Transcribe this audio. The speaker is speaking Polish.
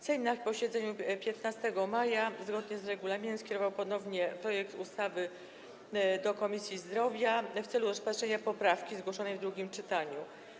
Sejm na posiedzeniu 15 maja zgodnie z regulaminem skierował ponownie projekt ustawy do Komisji Zdrowia w celu rozpatrzenia poprawki zgłoszonej w drugim czytaniu.